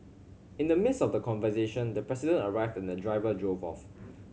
in the midst of the conversation the President arrived and the driver drove off